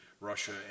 Russia